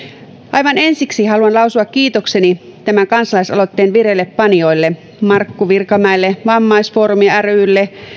aivan ensiksi haluan lausua kiitokseni tämän kansalaisaloitteen vireillepanijalle markku virkamäelle vammaisfoorumi rylle